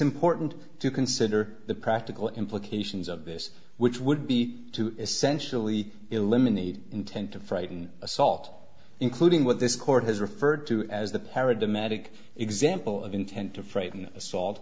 important to consider the practical implications of this which would be to essentially eliminate intent to frighten assault including what this court has referred to as the paradigmatic example of intent to frighten assault